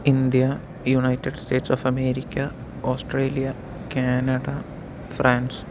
India united states of America Australia Canada France